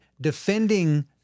defending